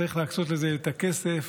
צריך להקצות לזה את הכסף.